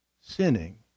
sinning